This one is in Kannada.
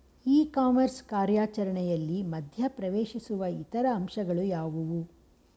ಇ ಕಾಮರ್ಸ್ ಕಾರ್ಯಾಚರಣೆಯಲ್ಲಿ ಮಧ್ಯ ಪ್ರವೇಶಿಸುವ ಇತರ ಅಂಶಗಳು ಯಾವುವು?